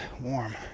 warm